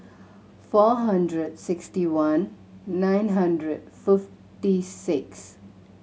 four hundred sixty one nine hundred fifty six